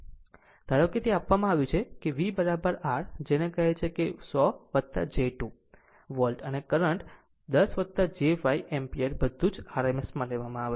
ધારો કે તે આપવામાં આવ્યું છે કે V r જેનેકહે છે 100 j 2 વોલ્ટ અને કરંટ 10 j 5 એમ્પીયર બધું જ rms માં લેવામાં આવે છે